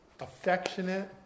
affectionate